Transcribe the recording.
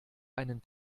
einen